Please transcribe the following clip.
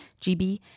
GB